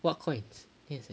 what coins then he was like